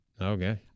okay